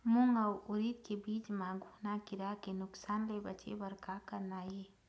मूंग अउ उरीद के बीज म घुना किरा के नुकसान ले बचे बर का करना ये?